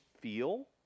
feel